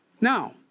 Now